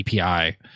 API